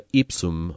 ipsum